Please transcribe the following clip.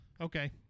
Okay